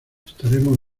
estaremos